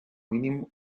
mínim